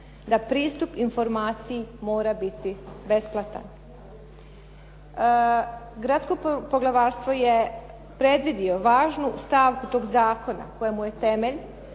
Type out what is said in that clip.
da pristup informaciji mora biti besplatan. Gradsko poglavarstvo je predvidio važnu stavku toga zakona kojemu je temelj,